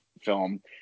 film